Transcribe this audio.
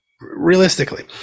realistically